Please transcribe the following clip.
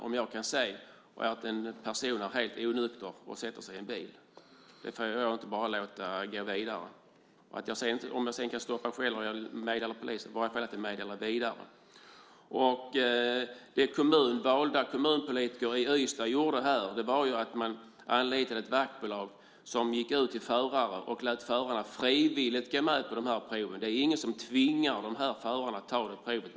Om jag ser att en person som är helt onykter sätter sig i en bil får jag inte låta det gå vidare om jag sedan kan stoppa det eller meddela det till polisen. Jag måste i varje fall meddela det vidare. Det valda kommunpolitiker i Ystad gjorde här var att de anlitade ett vaktbolag som gick ut till förare och lät förarna frivilligt gå med på proven. Det är ingen som tvingar förarna att ta provet.